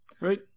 Right